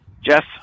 Jeff